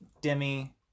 Demi